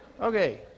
Okay